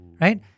Right